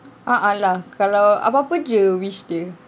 a'ah lah kalau apa-apa jer wish dia